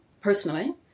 personally